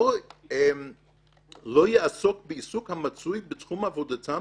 לא יעסוק בעיסוק המצוי בתחום עבודתם